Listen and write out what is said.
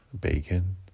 Bacon